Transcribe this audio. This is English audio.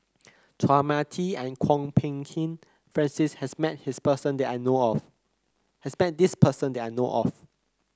Chua Mia Tee and Kwok Peng Kin Francis has met this person that I know of